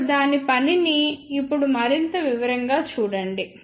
ఇప్పుడు దాని పనిని ఇప్పుడు మరింత వివరంగా చూడండి